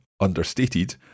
understated